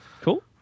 Cool